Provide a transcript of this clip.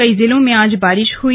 कई जिलों में आज बारिश हुई